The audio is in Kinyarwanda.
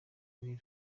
gaël